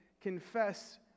confess